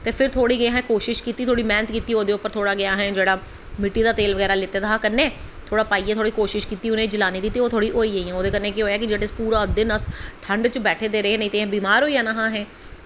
ते फिर थोह्ड़ी जेही असें कोशश कीती मैह्नत कीती थोह्ड़ा जेहा असें मिट्टी दा तेल लेते दा हा कन्नै थोह्ड़ा पाइयै थोह्ड़ी कोशश कीती जलाने दी ते ओह् थोह्ड़ी होई गेइयां केह् होआ कि पूरा दिन अस ठंड च बैठे दे रेह् नेईं ते बमार होई जाना हा असें